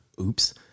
Oops